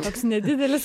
toks nedidelis